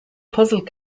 puzzle